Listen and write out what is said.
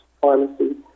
pharmacy